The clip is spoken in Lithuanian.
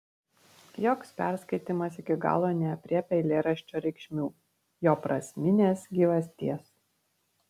joks perskaitymas iki galo neaprėpia eilėraščio reikšmių jo prasminės gyvasties